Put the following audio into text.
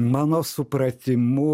mano supratimu